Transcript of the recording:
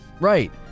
Right